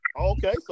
Okay